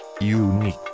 Unique